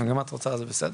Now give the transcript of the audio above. אם גם את רוצה זה בסדר,